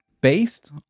based